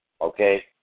okay